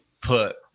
put